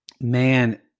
man